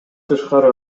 тышкары